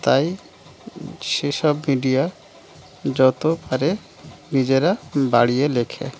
তাই সেসব মিডিয়া যত পারে নিজেরা বাড়িয়ে লেখে